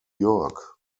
york